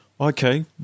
Okay